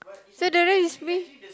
so the rest is me